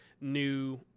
new